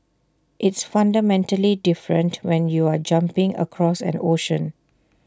it's fundamentally different when you're jumping across an ocean